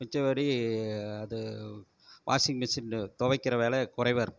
மத்தபடி அது வாஷிங் மிஷின்னு துவக்கிற வேலை குறைவாருக்கு